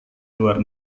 luar